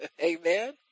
Amen